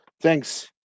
thanks